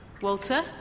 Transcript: Walter